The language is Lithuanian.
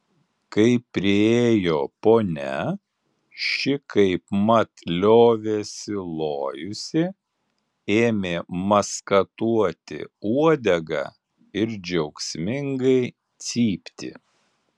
kai priėjo ponia ši kaipmat liovėsi lojusi ėmė maskatuoti uodegą ir džiaugsmingai cypti